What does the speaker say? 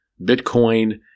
Bitcoin